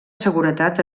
seguretat